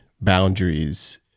boundaries